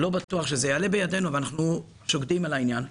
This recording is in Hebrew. לא בטוח שזה יעלה בידינו אבל אנחנו שוקדים על העניין.